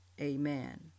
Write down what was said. amen